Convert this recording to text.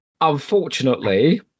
Unfortunately